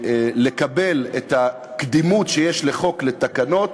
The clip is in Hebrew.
לקבל את הקדימות שיש לחוק על תקנות,